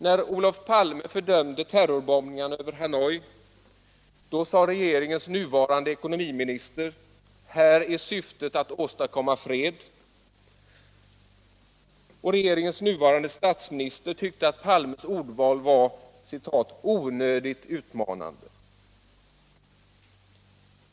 När Olof Palme fördömde terrorbombningarna över Hanoi, då sade regeringens nuvarande ekonomiminister: ”Här är syftet att åstadkomma fred”, och regeringens nuvarande statsminister tyckte att Palmes ordval var ”onödigt utmanande”.